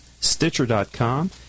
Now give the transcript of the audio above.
Stitcher.com